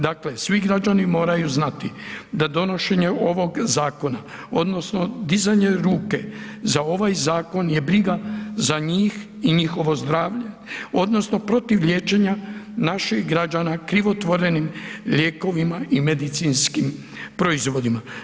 Dakle, svi građani moraju znati, da donošenje ovog zakona, odnosno dizanje ruke za ovaj zakon je briga za njih i njihovo zdravlje, odnosno protiv liječenja naših građana krivotvorenim lijekovima i medicinskim proizvodima.